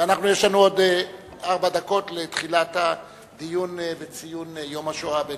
ויש לנו עוד ארבע דקות לתחילת הדיון לציון יום השואה הבין-לאומי,